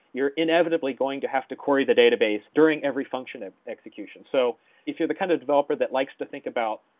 you're inevitably going to have to query the database during every function of execution. so if you're the kind of developer that likes to think about,